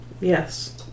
Yes